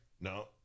No